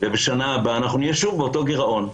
ובשנה הבאה אנחנו נהיה שוב באותו גירעון.